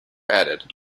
added